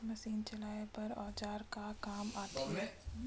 Machine चलाए बर औजार का काम आथे?